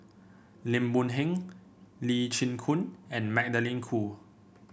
Lim Boon Heng Lee Chin Koon and Magdalene Khoo